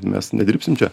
mes nedirbsim čia